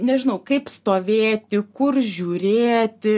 nežinau kaip stovėti kur žiūrėti